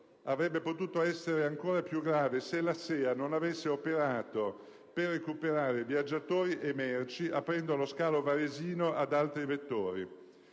avrebbe potuto essere ancora più grave se la SEA non avesse operato per recuperare viaggiatori e merci aprendo lo scalo varesino ad altri vettori.